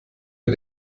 wir